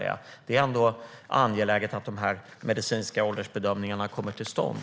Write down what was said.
Det är ändå angeläget att de medicinska åldersbedömningarna kommer till stånd.